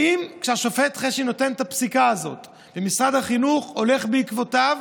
האם כשהשופט חשין נותן את הפסיקה הזאת ומשרד החינוך הולך בעקבותיו,